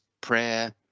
prayer